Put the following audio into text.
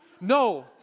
No